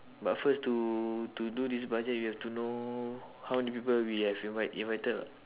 but first to to do this budget you have to know how many people we have invite~ invited lah